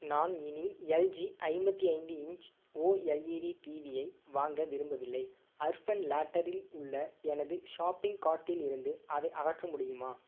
நான் இனி எல்ஜி ஐம்பத்து ஐந்து இன்ச் ஓஎல்இடி டிவியை வாங்க விரும்பவில்லை அர்ஃபன் லாட்டெரில் உள்ள எனது ஷாப்பிங் கார்ட்டில் இருந்து அதை அகற்ற முடியுமா